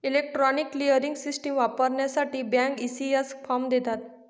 electronic clearing system वापरण्यासाठी bank, ECS form देतात